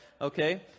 okay